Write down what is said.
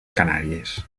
canàries